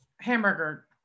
hamburger